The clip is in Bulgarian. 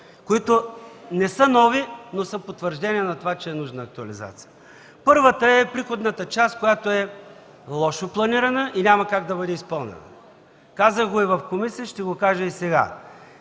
които не са нови, но са потвърждение на това, че е нужна актуализация. Първата е това, че приходната част е лошо планирана и няма как да бъде изпълнена. Казах го и в комисията, ще го кажа и сега: